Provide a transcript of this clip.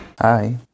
Hi